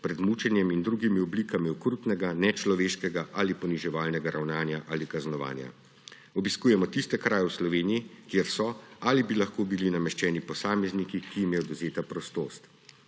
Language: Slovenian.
pred mučenjem in drugimi oblikami okrutnega, nečloveškega ali poniževalnega ravnanja ali kaznovanja. Obiskujemo tiste kraje v Sloveniji, kjer so ali bi lahko bili nameščeni posamezniki, ki jim je odvzeta prostost.